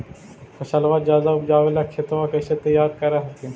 फसलबा ज्यादा उपजाबे ला खेतबा कैसे तैयार कर हखिन?